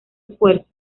esfuerzo